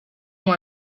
will